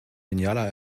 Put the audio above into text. genialer